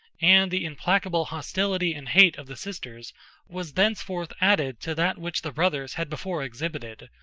and the implacable hostility and hate of the sisters was thenceforth added to that which the brothers had before exhibited,